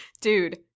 dude